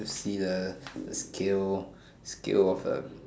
let's see the skill skill of the